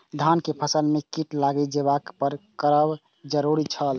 धान के फसल में कीट लागि जेबाक पर की करब जरुरी छल?